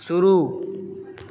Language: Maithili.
शुरू